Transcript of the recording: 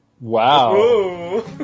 Wow